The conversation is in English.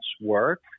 work